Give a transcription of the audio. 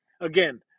Again